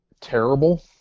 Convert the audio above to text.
terrible